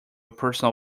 personal